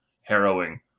harrowing